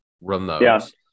remote